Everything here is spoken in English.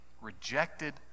rejected